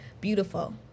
beautiful